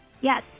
Yes